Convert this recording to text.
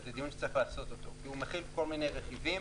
וזה דיון שצריך לעשות אותו כי הוא מכיל כל מיני רכיבים.